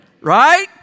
Right